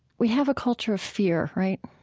we have a culture of fear, right?